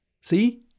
See